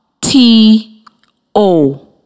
T-O